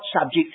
subject